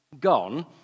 gone